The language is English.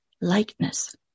likeness